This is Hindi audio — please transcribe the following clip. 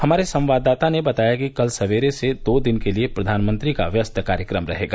हमारे संवाददाता ने बताया कि कल सवेरे से दो दिन के लिए प्रधानमंत्री का व्यस्त कार्यक्रम रहेगा